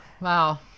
wow